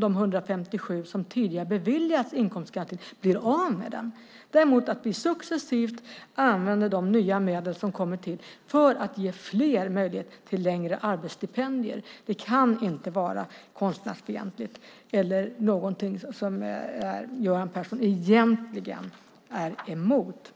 de 157 som tidigare har beviljats inkomstgaranti blir av med den. Däremot ska vi successivt använda de nya medel som finns för att ge fler möjlighet till längre arbetsstipendier. Det kan inte vara konstnärsfientligt eller något som Göran Persson egentligen är emot.